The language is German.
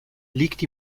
liegt